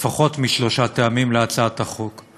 לפחות משלושה טעמים להצעת החוק.